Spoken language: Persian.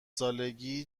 سالگی